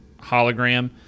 hologram